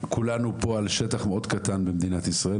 כולנו יחד חיים פה על שטח מאוד קטן במדינת ישראל,